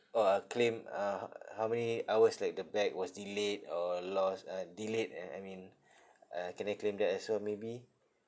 orh uh claim uh ho~ how many hours like the bag was delayed or lost uh delayed uh I mean uh can I claim that as well maybe